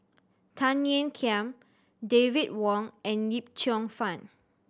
Tan Ean Kiam David Wong and Yip Cheong Fun